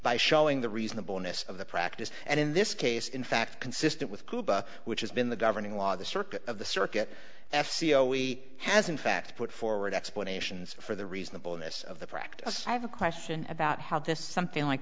by showing the reasonableness of the practice and in this case in fact consistent with cuba which has been the governing law the circuit of the circuit f c o e has in fact put forward explanations for the reasonableness of the practice i have a question about how this something like